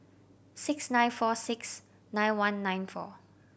six nine four six nine one nine four